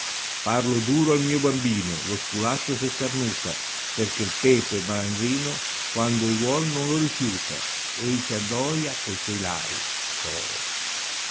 parlo duro al mio bambino lo sculaccio se starnuta perchè il pepe il malandrino quando ei vuol non lo rifiuta ei ci annoia co suoi lai coro